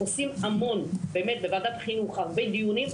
עושים המון באמת בוועדת חינוך הרבה דיונים,